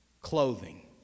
clothing